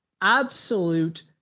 absolute